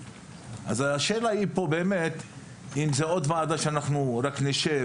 השאלה פה אם זאת עוד ועדה שרק נשב